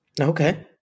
okay